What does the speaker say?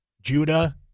Judah